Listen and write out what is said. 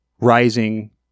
Rising